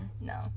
No